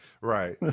right